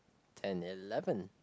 ten eleven